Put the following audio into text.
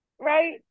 Right